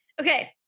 Okay